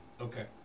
Okay